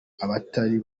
abatari